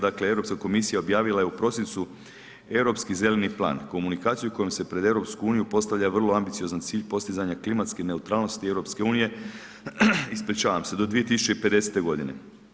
Dakle, Europska komisija objavila je u prosincu Europski zeleni plan, komunikaciju kojom se pred EU postavlja vrlo ambiciozan cilj postizanja klimatske neutralnost EU do 2050. godine.